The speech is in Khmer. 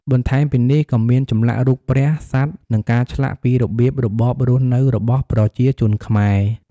បន្ថែមពីនេះក៏មានចម្លាក់រូបព្រះ សត្វ និងការឆ្លាក់ពីរបៀបរបបរស់នៅរបស់ប្រជាជនខ្មែរ។